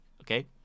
Okay